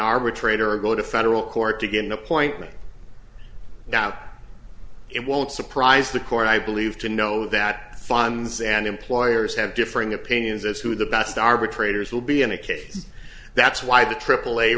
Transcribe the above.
arbitrator or go to federal court to get an appointment now it won't surprise the court i believe to know that funds and employers have differing opinions as who the best arbitrators will be in a case that's why the